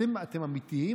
אתם אמיתיים?